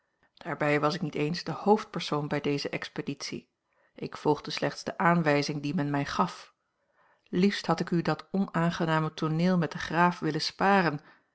daarbij was ik niet eens de hoofdpersoon bij deze expeditie ik volgde slechts de aanwijzing die men mij gaf liefst had ik u dat onaangename tooneel met den graaf willen sparen